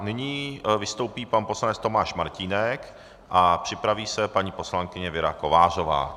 Nyní vystoupí pan poslanec Tomáš Martínek a připraví se paní poslankyně Věra Kovářová.